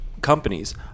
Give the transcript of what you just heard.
companies